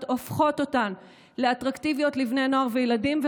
הופכות אותן לאטרקטיביות לבני נוער וילדים,